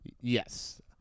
Yes